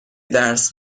درس